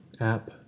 app